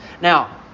Now